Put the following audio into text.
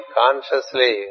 consciously